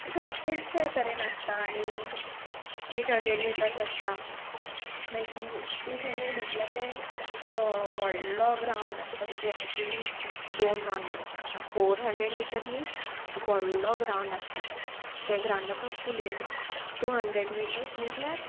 अशें खुबशे तरेन आसता आनी एट हंड्रेड मिटर्स आसता मागीर एट हंड्रेड म्हटल्यार ते व्हडलो ग्राउंड आसता तेजे एटलिस्ट दोन राउंड मारचे आसता फोर हंड्रेड मिटर्स मिन्स व्हडलो ग्रावंड आसता ते ग्राउंडाचो फूल एक राउंड टू हंड्रेड मिटर्स म्हटल्यार